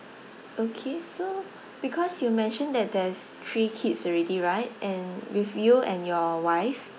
okay so because you mentioned that there's three kids already right and with you and your wife